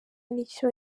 n’icyo